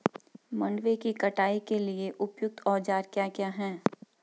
मंडवे की कटाई के लिए उपयुक्त औज़ार क्या क्या हैं?